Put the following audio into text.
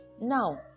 Now